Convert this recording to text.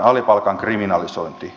alipalkan kriminalisointi